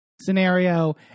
scenario